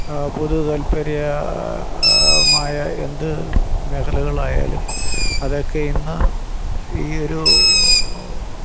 പൊതുതാല്പ്പര്യ മായ എന്ത് മേഖലകളായാലും അതൊക്കെ ഇന്ന് ഈയൊരു